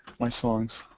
my songs